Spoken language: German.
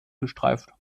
gestreift